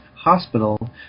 hospital